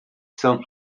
cent